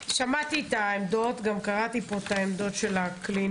שזה לפחות נותן איזשהו ביטחון בכך שיש חשיבה וחשיבה